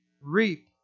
reap